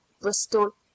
Bristol